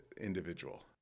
individual